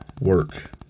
work